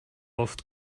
oft